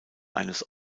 eines